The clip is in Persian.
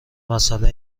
مسئله